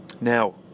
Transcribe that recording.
Now